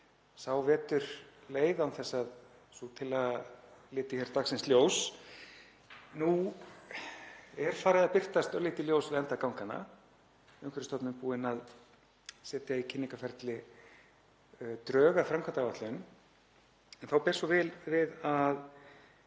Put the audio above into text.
sá vetur leið án þess að sú tillaga liti dagsins ljós. Nú er farið að birtast örlítið ljós við enda ganganna. Umhverfisstofnun er búin að setja í kynningarferli drög að framkvæmdaáætlun. En þá ber svo við að